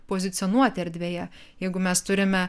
pozicionuoti erdvėje jeigu mes turime